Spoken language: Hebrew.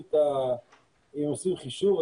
אם עושים חישוב,